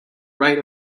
right